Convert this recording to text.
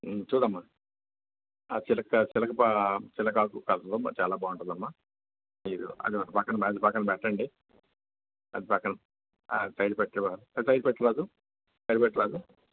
చూడు అమ్మా ఆ చిలక చిలకప చిలక ఆకు కలర్ అమ్మా చాలా బాగుంటుంది అమ్మా ఇదో అది ఒక పక్కన పక్కన పెట్టండి అది పక్కన ఆ సైడు ఆ సైడ్ పెట్టు రాజు సైడ్ పెట్టు రాజు